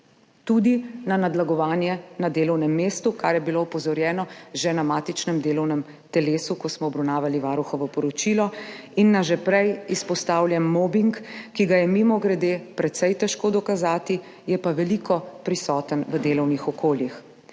tudi na nadlegovanje na delovnem mestu, kar je bilo opozorjeno že na matičnem delovnem telesu, ko smo obravnavali Varuhovo poročilo, in na že prej izpostavljen mobing, ki ga je mimogrede precej težko dokazati, je pa veliko prisoten v delovnih okoljih